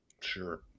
Sure